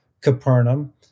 Capernaum